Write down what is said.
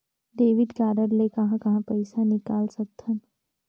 Debit card ले कहां कहां पइसा निकाल सकथन?